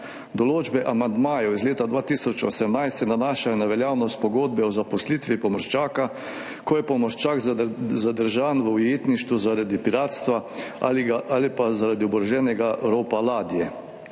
Določbe amandmajev iz leta 2018 se nanašajo na veljavnost pogodbe o zaposlitvi pomorščaka, ko je pomorščak zadržan v ujetništvu zaradi piratstva ali pa zaradi oboroženega ropa ladje,